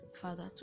father